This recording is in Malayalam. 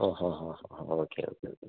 ആഹാ ഹാ ഹാ ഓക്കെ ഓക്കെ ഓക്കെ